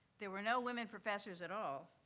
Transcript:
there were no women professors at all.